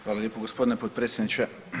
Hvala lijepo gospodine potpredsjedniče.